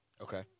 Okay